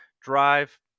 drive